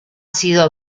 sido